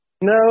No